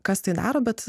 kas tai daro bet